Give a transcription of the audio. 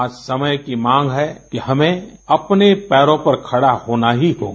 आज समय की मांग है कि हमें अपने पैरों पर खड़ा होना ही होगा